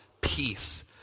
peace